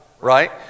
right